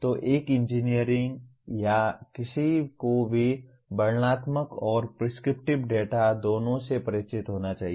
तो एक इंजीनियर या किसी को भी वर्णनात्मक और प्रिस्क्रिप्टिव डेटा दोनों से परिचित होना चाहिए